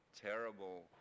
terrible